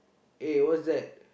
eh what's that